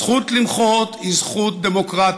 הזכות למחות היא זכות דמוקרטית,